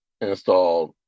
installed